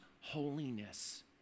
holiness